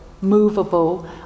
movable